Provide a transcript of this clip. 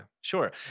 sure